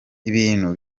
ibintu